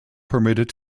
permitted